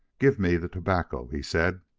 gimme the tobacco, he said.